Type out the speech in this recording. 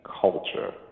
culture